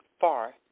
Far